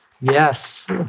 yes